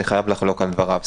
אני חייב לחלוק על דבריו.